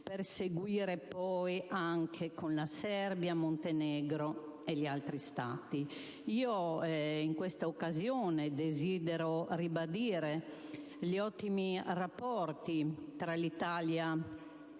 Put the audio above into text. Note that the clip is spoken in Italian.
per seguire poi con la Serbia, il Montenegro e gli altri Stati. In questa occasione, desidero ribadire gli ottimi rapporti esistenti tra l'Italia e